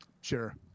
Sure